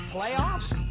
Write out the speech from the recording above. Playoffs